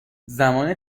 زمان